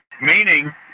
Meaning